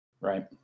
Right